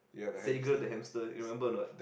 Sega the hamster you remember a not